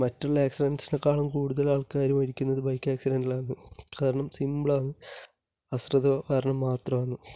മറ്റുള്ള ആക്സിഡൻസിനേക്കാളും കൂടുതൽ ആള്ക്കാർ മരിക്കുന്നത് ബൈക്ക് ആക്സിഡന്റിലാണ് കാരണം സിമ്പിളാണ് അശ്രദ്ധ കാരണം മാത്രമാണ്